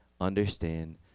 understand